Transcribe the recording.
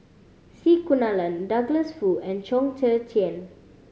C Kunalan Douglas Foo and Chong Tze Chien